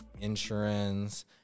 insurance